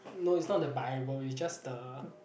no it's not the bible is just the